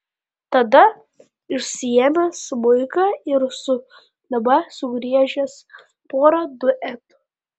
tada išsiėmęs smuiką ir su dama sugriežęs porą duetų